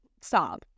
stop